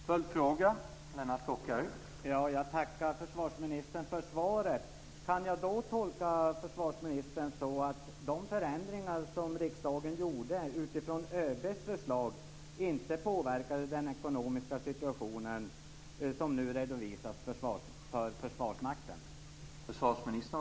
Herr talman! Jag tackar försvarsministern för svaret. Kan jag tolka försvarsministern så att de förändringar som riksdagen gjorde utifrån ÖB:s förslag inte påverkat den ekonomiska situation som nu redovisas för Försvarsmakten?